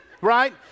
right